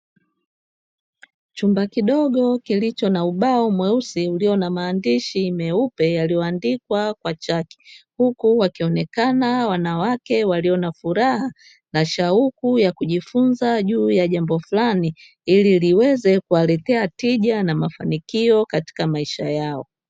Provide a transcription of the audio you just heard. Chumba kidogo kilicho na ubao mweusi ulio na maandishi meupe yaliyoandikwa kwa chaki, huku wakionekana wanawake walio na furaha na shauku ya kujifunza juu ya jambo fulani, ili liweze kuwaletea tija na mafanikio katika maisha yao.